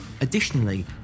Additionally